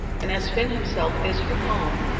and as fin himself is from home,